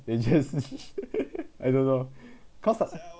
they just I don't know cause